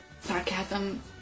Sarcasm